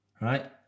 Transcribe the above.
right